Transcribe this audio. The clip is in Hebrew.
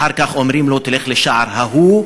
ואחר כך אומרים לך: תלך לשער ההוא,